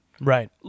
Right